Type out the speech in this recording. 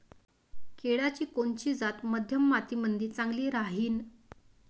केळाची कोनची जात मध्यम मातीमंदी चांगली राहिन?